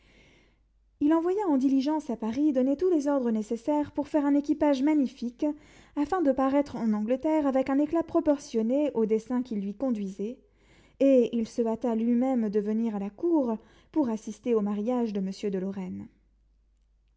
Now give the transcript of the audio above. il envoya en diligence à paris donner tous les ordres nécessaires pour faire un équipage magnifique afin de paraître en angleterre avec un éclat proportionné au dessein qui l'y conduisait et il se hâta lui-même de venir à la cour pour assister au mariage de monsieur de lorraine